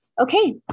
Okay